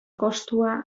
kostua